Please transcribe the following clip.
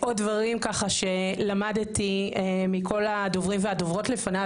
עוד דברים שלמדתי מכל הדוברים והדוברות לפניי.